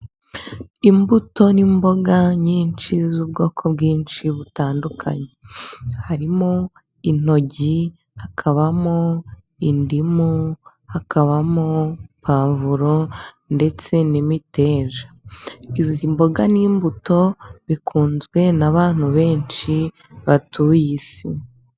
Imbuto n'imboga nyinshi z'ubwoko bwinshi butandukanye harimo intoryi, hakabamo indimu, hakabamo pavuro ndetse n'imiteja. Izi mboga n'imbuto bikunzwe n'abantu benshi batuye isi.